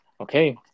okay